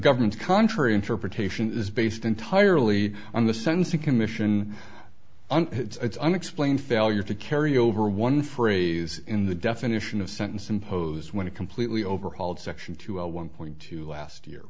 government's contrary interpretation is based entirely on the sense of commission and its unexplained failure to carry over one phrase in the definition of sentence imposed when it completely overhauled section two one point two last year